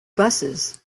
buses